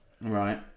Right